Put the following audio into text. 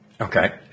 Okay